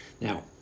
Now